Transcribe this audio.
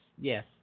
yes